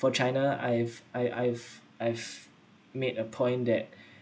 for china I've I I've I've made a point that